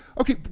okay